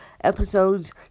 episodes